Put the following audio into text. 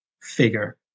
figure